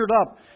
up